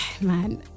man